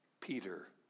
Peter